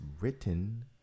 written